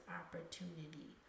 opportunity